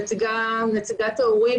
נציגת ההורים